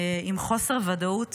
עם חוסר ודאות